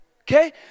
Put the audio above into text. okay